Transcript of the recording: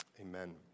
Amen